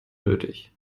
nötig